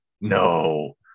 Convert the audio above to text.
No